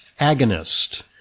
agonist